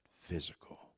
physical